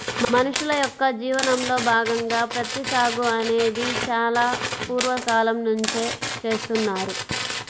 మనుషుల యొక్క జీవనంలో భాగంగా ప్రత్తి సాగు అనేది చాలా పూర్వ కాలం నుంచే చేస్తున్నారు